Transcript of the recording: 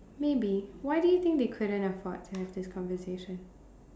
maybe why do you think they couldn't afford to have this conversation